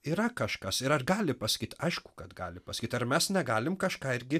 yra kažkas ir ar gali pasakyt aišku kad gali pasakyt ar mes negalim kažką irgi